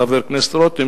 חבר הכנסת רותם,